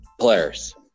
players